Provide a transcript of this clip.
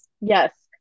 Yes